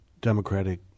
Democratic